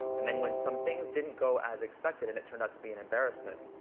and then when some things didn't go as expected and it turned out to be an embarrassment,